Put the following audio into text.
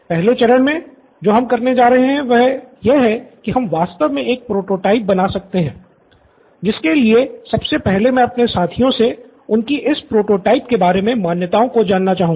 पहले चरण मे जो हम करने जा रहे हैं वह यह है कि क्या हम वास्तव मे एक प्रोटोटाइप बना सकते हैं जिसके लिए सबसे पहले मैं अपने साथियों से उनकी इस प्रोटोटाइप के बारे मे मान्यताओं को जानना चाहूँगा